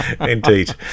indeed